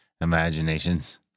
imaginations